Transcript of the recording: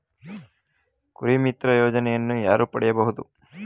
ಕುರಿಮಿತ್ರ ಯೋಜನೆಯನ್ನು ಯಾರು ಪಡೆಯಬಹುದು?